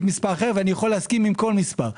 מספר אחר ואני יכולה להסכים עם כל מספר.